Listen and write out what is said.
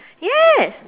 yes